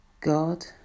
God